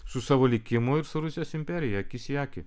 su savo likimu ir su rusijos imperija akis į akį